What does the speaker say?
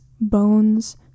bones